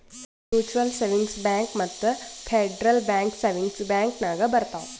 mutual savings bank ಮತ್ತ federal bank savings bank ನಾಗ್ ಬರ್ತಾವ್